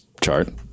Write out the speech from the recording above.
chart